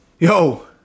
Yo